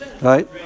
Right